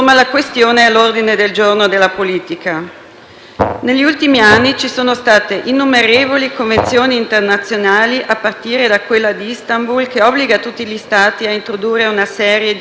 Negli ultimi anni ci sono state innumerevoli convenzioni internazionali, a partire da quella di Istanbul, che obbligano tutti gli Stati a introdurre una serie di reati che puniscono la violenza sulle donne.